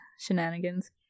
shenanigans